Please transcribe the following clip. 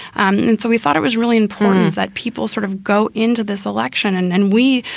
and so we thought it was really important that people sort of go into this election and and we,